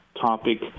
topic